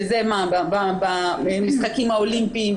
שזה במשחקים האולימפיים,